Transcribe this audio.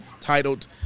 Titled